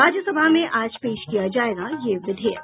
राज्यसभा में आज पेश किया जायेगा यह विधेयक